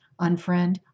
unfriend